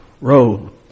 road